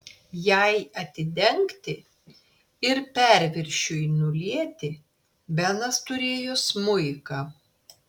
jai atidengti ir perviršiui nulieti benas turėjo smuiką